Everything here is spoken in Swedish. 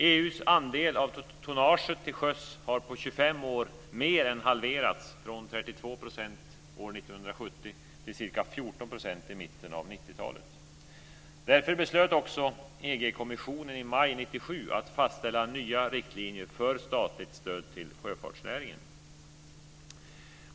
EU:s andel av tonnaget till sjöss har på 25 år mer än halverats, från 32 % år 1970 till ca 14 % i mitten av 90-talet. Därför beslöt också EG-kommissionen i maj 1997 att fastställa nya riktlinjer för statligt stöd till sjöfartsnäringen.